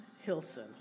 Hilson